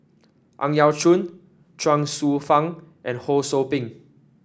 Ang Yau Choon Chuang Hsueh Fang and Ho Sou Ping